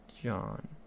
John